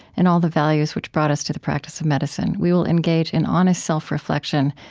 and all the values which brought us to the practice of medicine. we will engage in honest self-reflection,